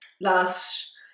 last